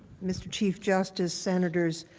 mr. chief justice senators,